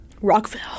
Rockville